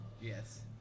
Yes